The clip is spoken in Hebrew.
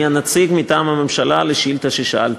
אני הנציג מטעם הממשלה לשאילתה ששאלת.